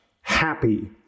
happy